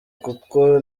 kuko